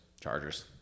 Chargers